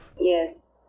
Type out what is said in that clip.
Yes